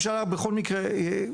בכל מקרה,